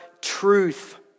truth